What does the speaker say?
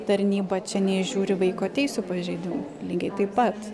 tarnyba čia neįžiūri vaiko teisių pažeidimų lygiai taip pat